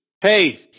hey